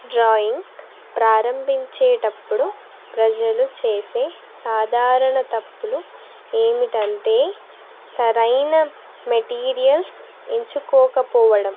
drawing ప్రారంభించేటప్పుడు ప్రజలు చేసే సాధారణ తప్పులు ఏమిటి అంటే సరైన మెటీరియల్స్ ఎంచుకోకపోవడం